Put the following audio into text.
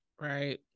right